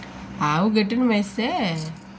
ఆవు గట్టున మేస్తే